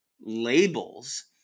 labels